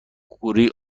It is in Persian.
کوری